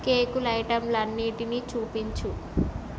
కేకులు ఐటెంలన్నిటినీ చూపించు